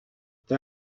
they